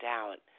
out